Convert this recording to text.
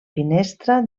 finestra